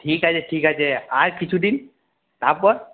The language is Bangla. ঠিক আছে ঠিক আছে আর কিছুদিন তারপর